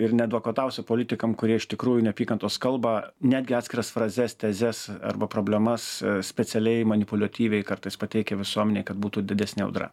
ir neadvokatausiu politikam kurie iš tikrųjų neapykantos kalbą netgi atskiras frazes tezes arba problemas specialiai manipuliatyviai kartais pateikia visuomenei kad būtų didesnė audra